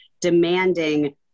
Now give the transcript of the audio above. demanding